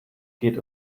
geht